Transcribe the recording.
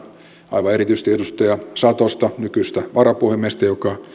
aivan erityisesti edustaja satosta nykyistä varapuhemiestä joka